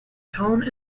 tone